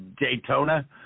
Daytona